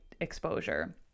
exposure